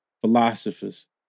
philosophers